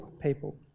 people